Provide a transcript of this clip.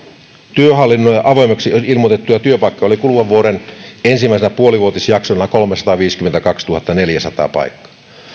työhallinnon avoimeksi ilmoitettuja työpaikkoja oli kuluvan vuoden ensimmäisellä puolivuotisjaksolla kolmesataaviisikymmentäkaksituhattaneljäsataa paikkaa